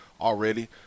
already